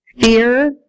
fear